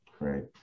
right